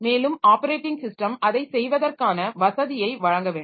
மேலும் operating system அதைச் செய்வதற்கான வசதியை வழங்க வேண்டும்